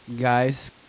guy's